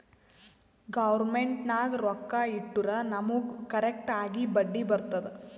government ನಾಗ್ ರೊಕ್ಕಾ ಇಟ್ಟುರ್ ನಮುಗ್ ಕರೆಕ್ಟ್ ಆಗಿ ಬಡ್ಡಿ ಬರ್ತುದ್